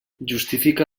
justifica